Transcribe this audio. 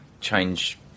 change